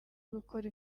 gukora